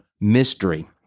mystery